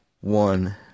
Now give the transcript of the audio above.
one